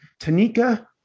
Tanika